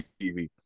tv